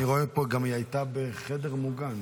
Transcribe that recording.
איך שאני רואה פה, היא הייתה בחדר מוגן.